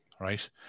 right